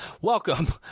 welcome